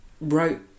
wrote